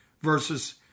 versus